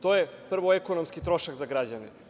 To je prvo ekonomski trošak za građane.